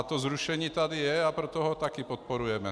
To zrušení tady je, a proto to také podporujeme.